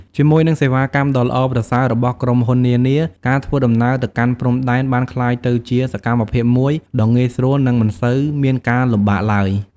ជាមួយនឹងសេវាកម្មដ៏ល្អប្រសើររបស់ក្រុមហ៊ុននានា ការធ្វើដំណើរទៅកាន់ព្រំដែនបានក្លាយទៅជាសកម្មភាពមួយដ៏ងាយស្រួលនិងមិនសូវមានការលំបាកឡើយ។